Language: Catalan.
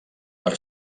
per